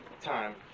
time